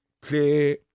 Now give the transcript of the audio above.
play